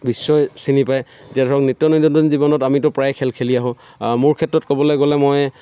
বিশ্বই চিনি পায় এতিয়া ধৰক নিত্য নৈনন্দিন জীৱনক আমিতো প্ৰায় খেল খেলি আহোঁ মোৰ ক্ষেত্ৰত ক'বলৈ গ'লে মই